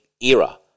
era